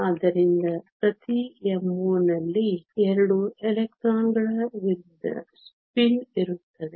ಆದ್ದರಿಂದ ಪ್ರತಿ MO ನಲ್ಲಿ 2 ಎಲೆಕ್ಟ್ರಾನ್ಗಳ ವಿರುದ್ಧ ಸ್ಪಿನ್ ಇರುತ್ತದೆ